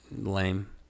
lame